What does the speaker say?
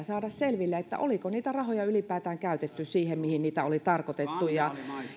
saada selville oliko niitä rahoja ylipäätään käytetty siihen mihin niitä oli tarkoitettu